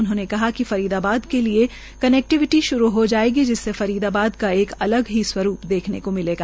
उन्होंने कहा कि फरीदाबाद के लिए कनैकटिविटी श्रू हो जायेगा जिससे फरीदाबार का एक अलग ही स्वरूप देखने को मिलेगा